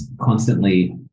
constantly